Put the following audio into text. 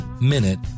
minute